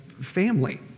family